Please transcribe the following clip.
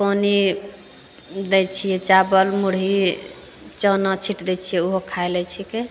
पानि दै छियै चाबल मुढ़ी चना छीट दै छियै ओहो खाइ लै छिकै